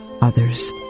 others